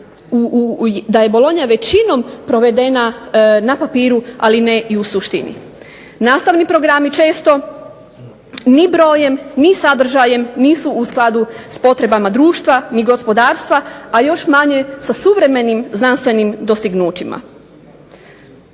da je Bolonja većinom provedena na papiru ali ne i u suštini. Nastavni problemi često ni brojem ni sadržajem nisu u skladu s potrebama društva ni gospodarstva, a još manje sa suvremenim znanstvenim dostignućima.